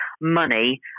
money